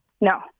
No